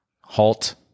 halt